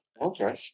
Okay